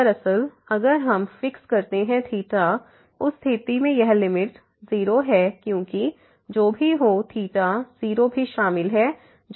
दरअसल अगर हम फिक्स करते हैं उस स्थिति में यह लिमिट 0 है क्योंकि जो भी हो 0 भी शामिल है जब 0 है